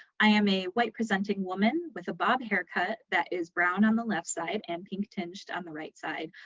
i am a white presenting woman with a bob haircut that is brown on the left side and pink tinged on the right side,